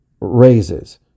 raises